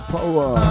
Power